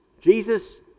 Jesus